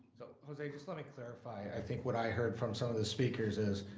so jose, just let me clarify. i think what i heard from some of the speakers is,